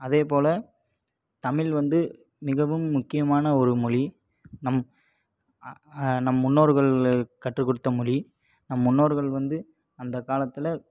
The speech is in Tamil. அதேப்போல் தமிழ் வந்து மிகவும் முக்கியமான ஒரு மொழி நம் நம் முன்னோர்கள் கற்றுக்கொடுத்த மொழி நம் முன்னோர்கள் வந்து அந்த காலத்தில்